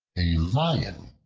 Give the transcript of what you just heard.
a lion,